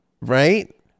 Right